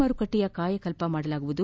ಮಾರುಕಟ್ಟೆಯ ಕಾಯಕಲ್ಪ ಮಾಡಲಾಗುವುದು